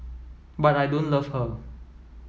but I don't love her